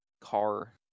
car